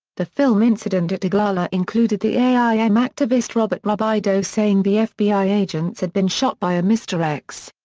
the film incident at oglala included the aim activist robert robideau saying the fbi agents had been shot by a mr x.